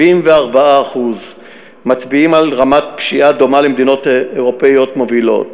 74% מצביעים על רמת פשיעה דומה למדינות אירופיות מובילות.